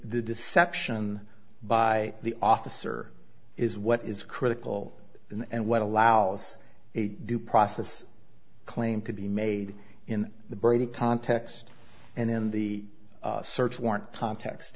the deception by the officer is what is critical and what allows a due process claim to be made in the brady context and in the search warrant context